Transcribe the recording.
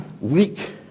Weak